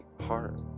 heart